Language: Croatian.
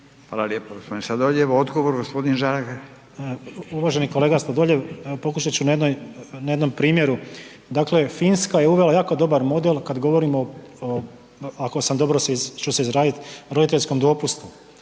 Sladoljev. Gospodin Žagar, odgovor. **Žagar, Tomislav (HSU)** Uvaženi kolega Sladoljev. Pokušat ću na jednom primjeru. Dakle, Finska je uvela jako dobar model kada govorimo, ako ću se dobro izraziti, roditeljskom dopustu